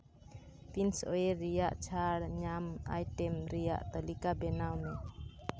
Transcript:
Prince ᱳᱭᱮᱨ ᱨᱮᱭᱟᱜ ᱪᱷᱟᱹᱲ ᱧᱟᱢ ᱟᱭᱴᱮᱢ ᱨᱮᱭᱟᱜ ᱛᱟᱹᱞᱤᱠᱟ ᱵᱮᱱᱟᱣ ᱢᱮ